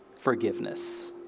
forgiveness